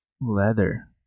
leather